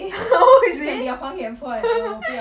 oh is it